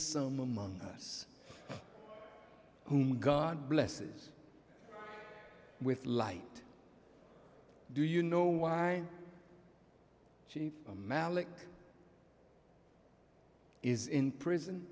some among us whom god blesses with light do you know why sheep malik is in prison